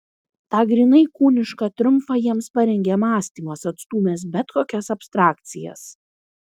tą grynai kūnišką triumfą jiems parengė mąstymas atstūmęs bet kokias abstrakcijas